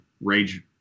rage